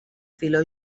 filó